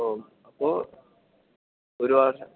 ഓ അപ്പോൾ ഒരു മാസം